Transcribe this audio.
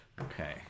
Okay